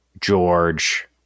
George